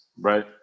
right